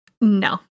no